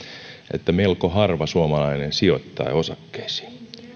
että melko harva suomalainen sijoittaa osakkeisiin